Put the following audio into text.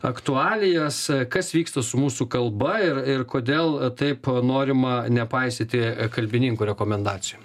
aktualijas kas vyksta su mūsų kalba ir ir kodėl taip norima nepaisyti kalbininkų rekomendacijų